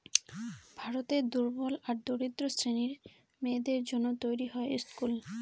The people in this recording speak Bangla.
ভারতের দুর্বল আর দরিদ্র শ্রেণীর মেয়েদের জন্য তৈরী হয় স্কুল